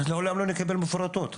אז לעולם לא נקבל מפורטות,